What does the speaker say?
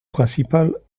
principal